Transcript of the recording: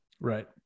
Right